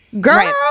Girl